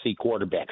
quarterbacks